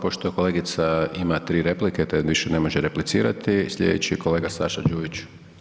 Pošto kolegica ima tri replike te više ne može replicirati, sljedeći je kolega Saša Đujić.